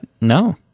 no